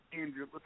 Andrew –